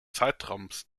zeitraums